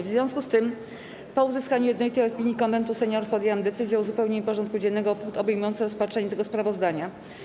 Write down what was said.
W związku z tym, po uzyskaniu jednolitej opinii Konwentu Seniorów, podjęłam decyzję o uzupełnieniu porządku dziennego o punkt obejmujący rozpatrzenie tego sprawozdania.